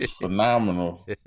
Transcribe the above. phenomenal